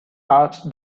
asked